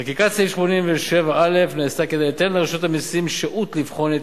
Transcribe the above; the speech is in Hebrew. חקיקת סעיף 87א נעשתה כדי ליתן לרשות המסים שהות לבחון את